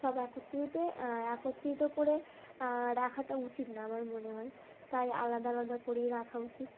সব একত্রিত একত্রিত করে রাখাটা উচিত না আমার মনে হয় তাই আলাদা আলাদা করেই রাখা উচিত